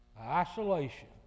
Isolation